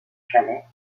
chalets